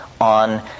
on